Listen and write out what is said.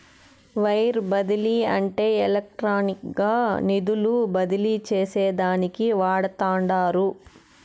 wire బదిలీ అంటే ఎలక్ట్రానిక్గా నిధులు బదిలీ చేసేదానికి వాడతండారు